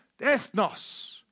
ethnos